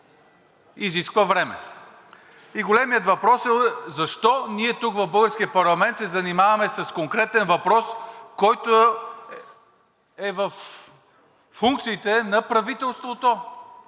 изисква време. И големият въпрос е защо ние тук, в българския парламент, се занимаваме с конкретен въпрос, който е във функциите на правителството